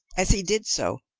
as he did so,